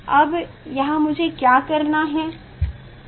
अब यहां मुझे क्या करना है